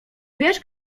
wiesz